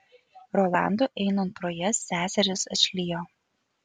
rolandui einant pro jas seserys atšlijo